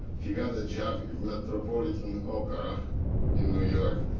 he got a job in metropolitan opera in new york,